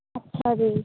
ਅੱਛਾ ਜੀ